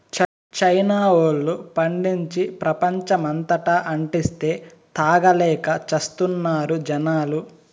China వోల్లు పండించి, ప్రపంచమంతటా అంటిస్తే, తాగలేక చస్తున్నారు జనాలు